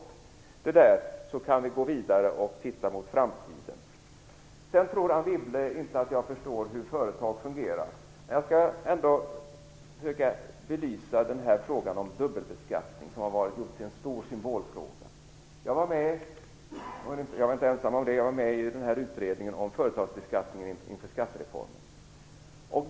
Om ni tar bort det kan vi gå vidare och se mot framtiden. Anne Wibble tror inte att jag förstår hur företag fungerar. Jag skall ändå försöka belysa frågan om dubbelbeskattning som har varit en stor symbolfråga. Jag var med i utredningen om företagsbeskattning inför skattereformen.